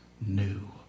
new